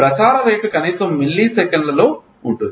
ప్రసార రేటు కనీసం మిల్లీసెకన్లలో ఉంటుంది